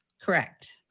Correct